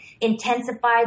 intensify